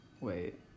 Wait